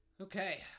Okay